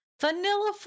vanilla